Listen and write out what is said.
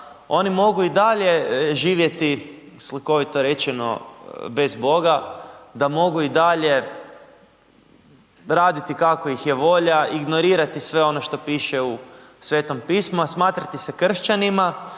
oni mogu i dalje živjeti, slikovito rečeno bez Boga, da mogu i dalje raditi kako ih je volja, ignorirati sve ono što piše u Svetom Pismu a smatrati se kršćanima